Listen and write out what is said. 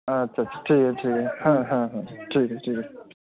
আচ্ছা আচ্ছা ঠিক আছে ঠিক আছে হ্যাঁ হ্যাঁ হ্যাঁ ঠিক আছে ঠিক আছে